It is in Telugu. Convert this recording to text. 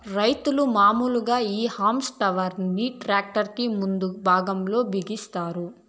రైతులు మాములుగా ఈ హల్మ్ టాపర్ ని ట్రాక్టర్ కి ముందు భాగం లో బిగిస్తారు